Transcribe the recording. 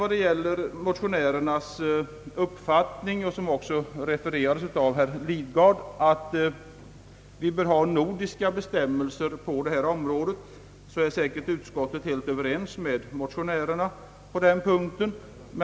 Vad gäller motionärernas uppfattning, som också refererades av herr Lidgard, om att vi bör ha nordiska bestämmelser på detta område kan sägas att utskottet säkerligen är helt överens med motionärerna på denna punkt.